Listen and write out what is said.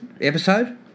episode